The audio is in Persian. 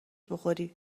بخوری